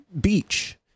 beach